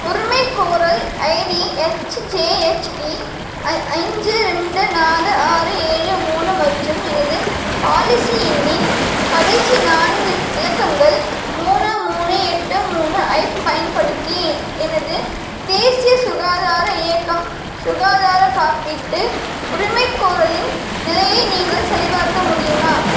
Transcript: உரிமைகோரல் ID HC J H D அஞ்சு ரெண்டு நாலு ஆறு ஏழு மூணு மற்றும் எனது பாலிசி எண்ணின் கடைசி நான்கு இலக்கங்கள் மூணு மூணு எட்டு மூணு ஐப் பயன்படுத்தி எனது தேசிய சுகாதார இயக்கம் சுகாதார காப்பீட்டு உரிமைகோரலின் நிலையை நீங்கள் சரிபார்க்க முடியுமா